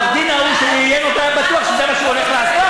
העורך-דין ההוא שראיין אותו היה בטוח שזה מה שהוא הולך לעשות.